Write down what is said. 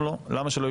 בנושא פיקוח,